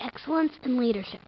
excellence and leadership